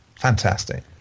Fantastic